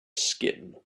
skin